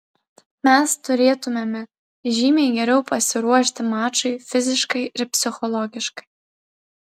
mes turėtumėme žymiai geriau pasiruošti mačui fiziškai ir psichologiškai